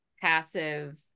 passive